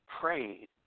prayed